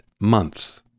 months